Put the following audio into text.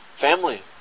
Family